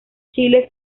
chile